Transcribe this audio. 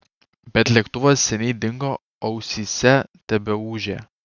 bet lėktuvas seniai dingo o ausyse tebeūžė